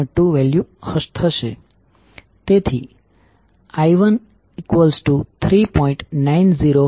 ફરીથી 21ઘડિયાળની દિશામાં પ્રથમ કોઇલને જોડશે